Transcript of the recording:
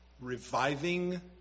reviving